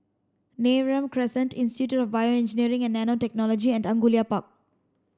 Neram Crescent Institute of BioEngineering and Nanotechnology and Angullia Park